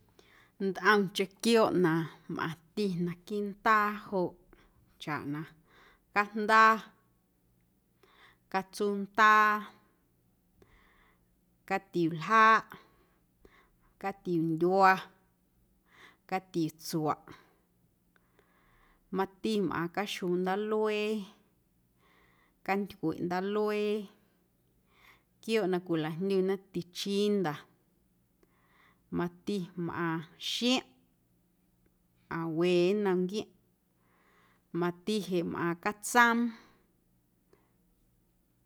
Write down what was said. Ntꞌomcheⁿ quiooꞌ na mꞌaⁿti naquiiꞌ ndaa joꞌ chaꞌ na cajnda, catsuundaa, catiuljaaꞌ, catiundyua, catiutsuaꞌ mati mꞌaaⁿ caxjuu ndaaluee, cantycweꞌ ndaaluee quiooꞌ na cwilajndyuna tichinda mati mꞌaaⁿ xiomꞌ mꞌaaⁿ we nnom nquiomꞌ mati jeꞌ mꞌaaⁿ catsoom.